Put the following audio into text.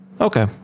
okay